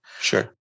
Sure